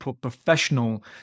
professional